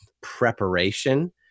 preparation